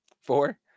Four